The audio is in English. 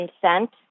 consent